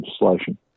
legislation